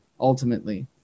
Ultimately